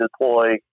deploy